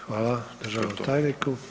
Hvala državnom tajniku.